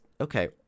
okay